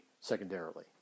secondarily